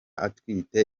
atwite